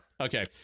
okay